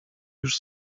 już